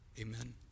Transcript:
Amen